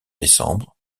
décembre